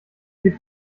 gib